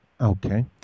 Okay